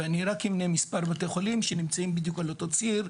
אני אמנה מספר בתי חולים שנמצאים בדיוק על אותו ציר,